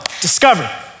discover